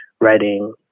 writing